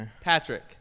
Patrick